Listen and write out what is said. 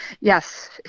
Yes